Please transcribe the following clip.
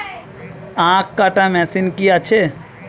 আখ কাটা মেশিন কি আছে?